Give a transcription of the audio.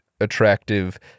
attractive